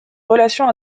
relations